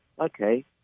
okay